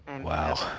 Wow